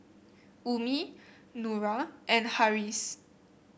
Ummi Nura and Harris